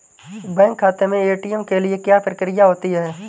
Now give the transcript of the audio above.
Bank खाते में ATM के लिए क्या प्रक्रिया होती है?